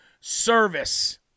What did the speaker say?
service